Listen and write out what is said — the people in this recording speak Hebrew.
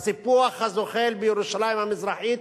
בסיפוח הזוחל בירושלים המזרחית,